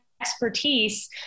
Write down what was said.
expertise